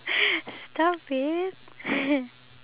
you know I kind of feel pity because